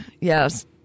yes